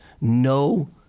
no